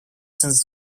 since